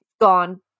gone